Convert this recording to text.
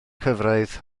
cyfraith